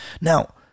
Now